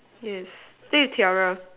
yes this is tiara